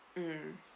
mm